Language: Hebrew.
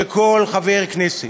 שכל חבר כנסת